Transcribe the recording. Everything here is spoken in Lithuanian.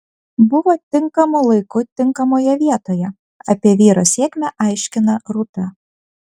buvo tinkamu laiku tinkamoje vietoje apie vyro sėkmę aiškina rūta